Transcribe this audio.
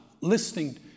listening